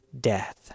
death